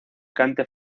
cante